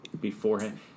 beforehand